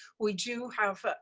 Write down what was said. we do have